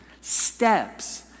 steps